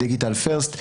digital first,